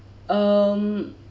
um